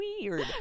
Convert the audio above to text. weird